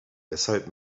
weshalb